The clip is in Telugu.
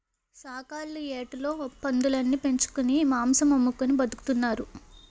సాకల్లు యాటోలు పందులుని పెంచుకొని మాంసం అమ్ముకొని బతుకుతున్నారు